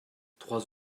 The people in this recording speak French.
trois